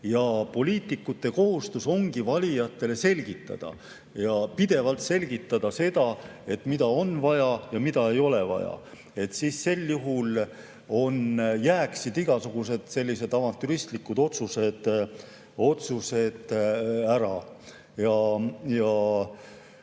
Poliitikute kohustus ongi valijatele selgitada ja pidevalt selgitada seda, mida on vaja ja mida ei ole vaja. Sel juhul jääksid igasugused sellised avantüristlikud otsused ära. Samas